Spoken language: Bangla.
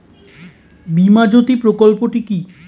বীমা জ্যোতি প্রকল্পটি কি?